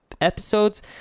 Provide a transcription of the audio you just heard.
episodes